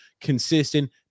consistent